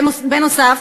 דקה.